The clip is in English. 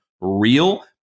real